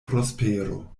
prospero